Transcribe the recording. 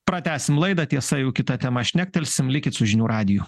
pratęsim laidą tiesa jau kita tema šnektelsim likit su žinių radiju